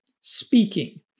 speaking